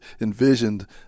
envisioned